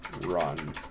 run